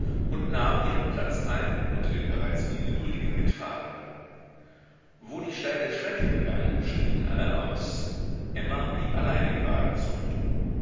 und nahm ihren platz ein unter den bereits ungeduldigen mitfahrenden wo die steile strecke begann stiegen alle aus emma blieb allein im wagen zurück